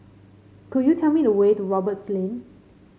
could you tell me the way to Roberts Lane